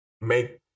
make